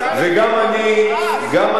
וגם אני מתכווץ,